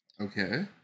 Okay